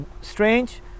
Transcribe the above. strange